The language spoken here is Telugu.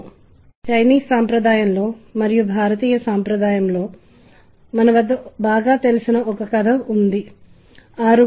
మరియు నేను లయ మరియు సంగీతం మరియు దృశ్యమానంగా ఎలా అనుబంధించబడిందో చివరలో ఒక ఉదాహరణ ఇస్తాను